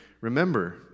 remember